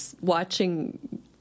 watching